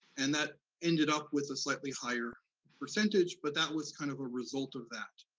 and that ended up with a slightly higher percentage, but that was kind of a result of that,